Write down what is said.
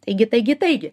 taigi taigi taigi